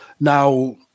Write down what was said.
now